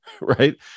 right